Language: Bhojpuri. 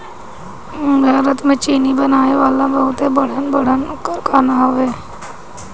भारत में चीनी बनावे वाला बहुते बड़हन बड़हन कारखाना हवे